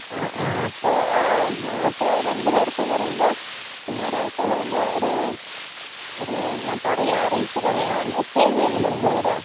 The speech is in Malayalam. ആ ആ അപ്പോൾ അപ്പോൾ രണ്ട് നേരത്തേത് എന്ന് പറയുമ്പോൾ പിന്നെ ഒരാഴ്ച എന്ന് പറയുമ്പോൾ ഒരു ഒരു ഞാൻ പറയാം റേറ്റ് പറയാം സ്റ്റേ ചെയ്യുന്നുണ്ടോ നിങ്ങളിവിടെ